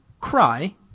cry